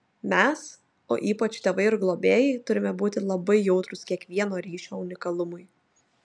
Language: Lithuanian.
mes o ypač tėvai ir globėjai turime būti labai jautrūs kiekvieno ryšio unikalumui